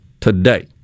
today